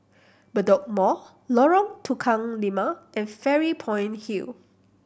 Bedok Mall Lorong Tukang Lima and Fairy Point Hill